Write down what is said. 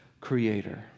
creator